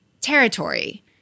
Territory